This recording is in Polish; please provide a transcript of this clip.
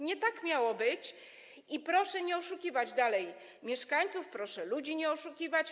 Nie tak miało być i proszę nie oszukiwać dalej mieszkańców, proszę nie oszukiwać ludzi.